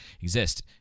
exist